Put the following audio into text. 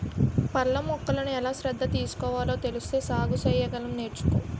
పళ్ళ మొక్కలకు ఎలా శ్రద్ధ తీసుకోవాలో తెలిస్తే సాగు సెయ్యగలం నేర్చుకో